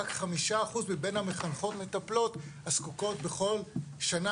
רק 5% מבין המחנכות מטפלות הזקוקות בכל שנה